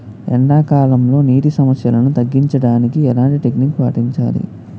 ఎండా కాలంలో, నీటి సమస్యలను తగ్గించడానికి ఎలాంటి టెక్నిక్ పాటించాలి?